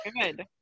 Good